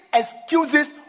excuses